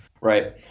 right